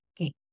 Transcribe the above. Okay